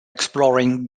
exploring